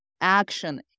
action